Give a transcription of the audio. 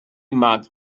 marked